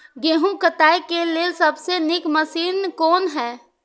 गेहूँ काटय के लेल सबसे नीक मशीन कोन हय?